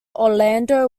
orlando